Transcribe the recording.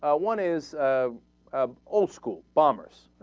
ah one is ah. ah. old-school bombers